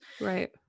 Right